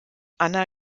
anna